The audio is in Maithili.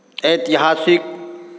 ऐतिहासिक